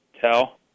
tell